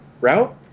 route